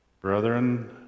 Brethren